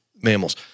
mammals